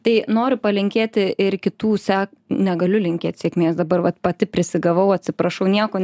tai noriu palinkėti ir kitų se negaliu linkėt sėkmės dabar vat pati prisigavau atsiprašau nieko